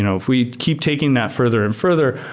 you know if we keep taking that further and further,